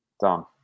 Done